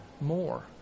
more